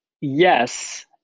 Yes